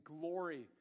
glory